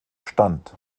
stand